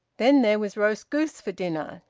then there was roast goose for dinner,